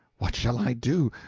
what shall i do?